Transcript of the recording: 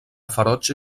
ferotge